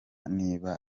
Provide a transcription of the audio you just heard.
niba